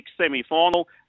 semi-final